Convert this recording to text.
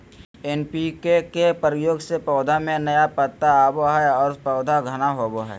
NPK के प्रयोग से पौधा में नया पत्ता आवो हइ और पौधा घना होवो हइ